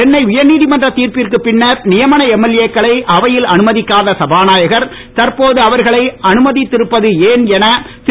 சென்னை உயர்நீதமன்ற தீர்ப்பிற்கு பின்னர் நியமன எம்எல்ஏக்களை அவையில் அனுமதிக்காத சபாநாயகர் தற்போது அவர்களை அனுமதித்திருப்பது ஏன் என திரு